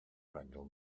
wrangle